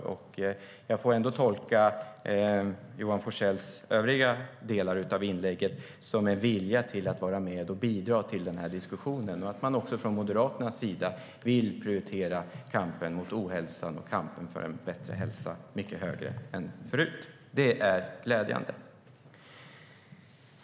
Jag får ändå tolka de övriga delarna i Johan Forssells inlägg som en vilja till att vara med och bidra till denna diskussion och att man också från Moderaternas sida vill prioritera kampen mot ohälsan och kampen för en bättre hälsa mycket mer än förut. Det är glädjande.